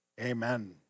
Amen